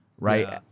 right